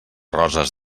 roses